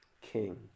king